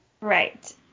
Right